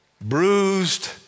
bruised